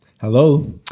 Hello